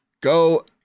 Go